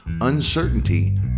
uncertainty